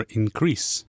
increase